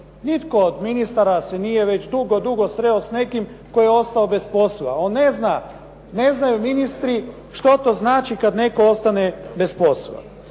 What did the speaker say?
Nitko od ministara već dugo, dugo se nije sreo s nekim tko je ostao bez posla. ne znaju ministri što to znači kada netko ostane bez posla.